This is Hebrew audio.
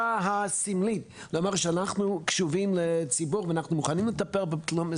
סמלית לומר שאנחנו קשובים לציבור ומוכנים לטפל בתלונות'